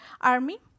army